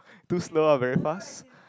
too slow or very fast